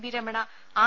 V Ramana R